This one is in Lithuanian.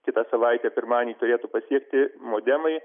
kitą savaitę pirmadienį turėtų pasiekti modemai